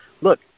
Look